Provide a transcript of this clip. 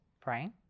Praying